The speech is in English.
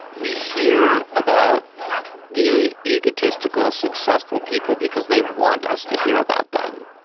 we hear about the egotistical successful people because they want us to hear about them.